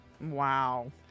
Wow